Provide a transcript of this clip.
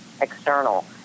external